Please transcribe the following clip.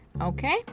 Okay